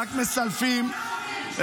רק מסלפים.